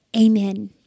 Amen